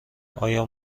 آیا